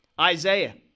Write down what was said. Isaiah